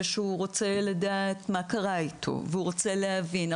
שהוא רוצה לדעת מה קרה אתו והוא רוצה להבין.